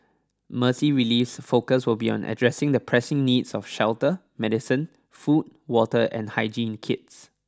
Mercy Relief's focus will be on addressing the pressing needs of shelter medicine food water and hygiene kits